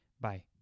Bye